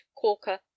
corker